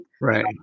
Right